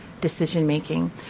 decision-making